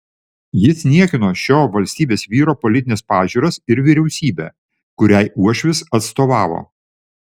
jis niekino šio valstybės vyro politines pažiūras ir vyriausybę kuriai uošvis atstovavo